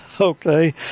Okay